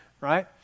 right